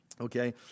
Okay